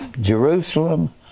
Jerusalem